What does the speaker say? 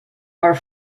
are